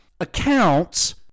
accounts